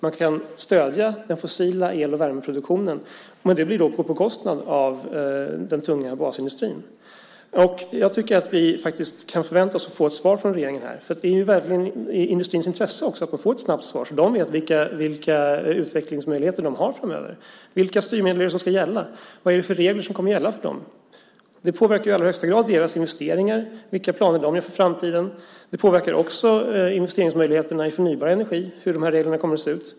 Man kan stödja den fossila el och värmeproduktionen, men det blir då på bekostnad av den tunga basindustrin. Jag tycker att vi kan förvänta oss att få ett svar från regeringen. Det ligger i industrins intresse att få ett snabbt svar så att de vet vilka utvecklingsmöjligheter som finns framöver. Vilka styrmedel är det som ska gälla? Vad är det för regler som kommer att gälla för dem? Det påverkar i allra högsta grad deras investeringar och vilka planer de har för framtiden. Hur reglerna kommer att se ut påverkar också investeringsmöjligheterna i förnybar energi.